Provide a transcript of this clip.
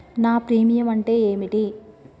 నా ప్రీమియం అంటే ఏమిటి?